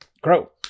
grow